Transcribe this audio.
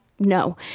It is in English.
No